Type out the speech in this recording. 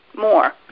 more